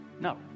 No